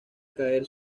caer